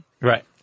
Right